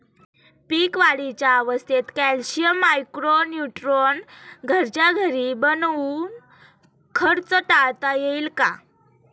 पीक वाढीच्या अवस्थेत calcium, micro neutron घरच्या घरी बनवून खर्च टाळता येईल का?